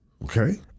Okay